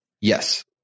Yes